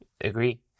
agree